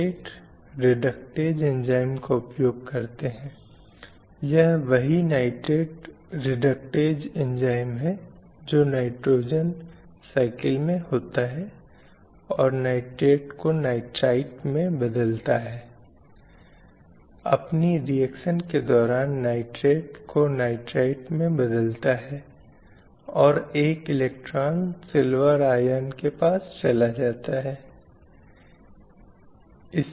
तो इस प्रक्रिया में हर मोड़ पर परिवार अलग अलग मूल्यों और मान्यताओं को आत्मसात करने की कोशिश करता है जिससे जीवन की शुरुआत से ही इस प्रक्रिया में हमारा अंतर अपने आप पैदा हो जाता है इसके अलावा समाजीकरण की इस प्रक्रिया में शिक्षा की बहुत बड़ी भूमिका होती है